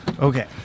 Okay